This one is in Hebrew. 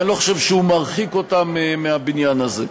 ואני לא חושב שהוא מרחיק אותם מהבניין הזה.